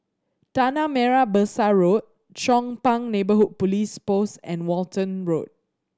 Tanah Merah Besar Road Chong Pang Neighbourhood Police Post and Walton Road